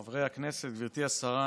חברי הכנסת, גברתי השרה,